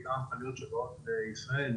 בעיקר מכליות שבאות לישראל,